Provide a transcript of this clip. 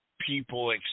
people